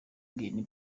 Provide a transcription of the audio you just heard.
green